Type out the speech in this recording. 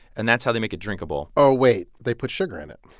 and that's how they make it drinkable oh, wait. they put sugar in it.